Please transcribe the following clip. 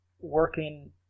working